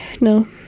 No